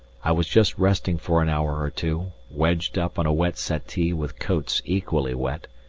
i was just resting for an hour or two, wedged up on a wet settee with coats equally wet,